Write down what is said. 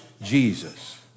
Jesus